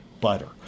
butter